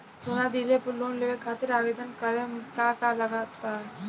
सोना दिहले पर लोन लेवे खातिर आवेदन करे म का का लगा तऽ?